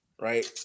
right